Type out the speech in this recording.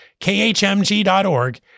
khmg.org